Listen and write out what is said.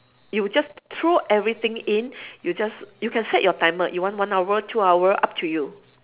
you just throw everything in you just you can set your timer you want one hour two hour up to you